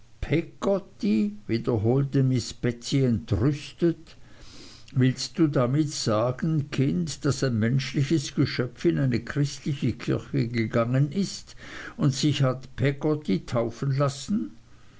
wiederholte miß betsey entrüstet willst du damit sagen kind daß ein menschliches geschöpf in eine christliche kirche gegangen ist und sich hat peggotty taufen lassen